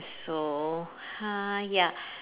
so uh ya